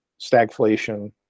stagflation